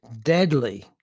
deadly